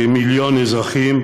כמיליון אזרחים,